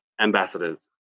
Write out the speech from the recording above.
ambassadors